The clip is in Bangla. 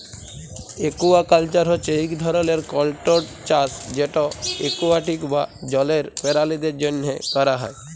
একুয়াকাল্চার হছে ইক ধরলের কল্ট্রোল্ড চাষ যেট একুয়াটিক বা জলের পেরালিদের জ্যনহে ক্যরা হ্যয়